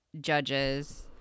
judges